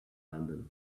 london